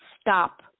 stop